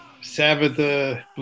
Sabbath